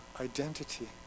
identity